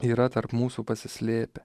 yra tarp mūsų pasislėpę